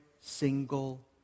single